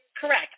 correct